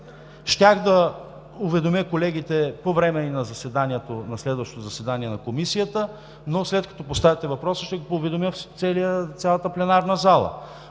Щях да уведомя колегите по време на следващото заседание на Комисията, но след като поставяте въпроса, ще уведомя цялата пленарна зала.